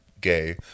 gay